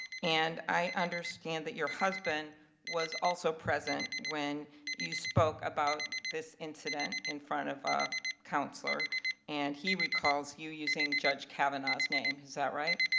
and i understand that your husband was also present when you spoke about this incident in front of ah counselors and he recalled you using judge kavanaugh's name. is that right?